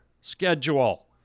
schedule